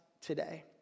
today